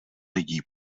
lidí